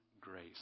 grace